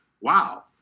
Wow